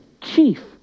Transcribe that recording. chief